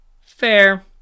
fair